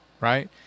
right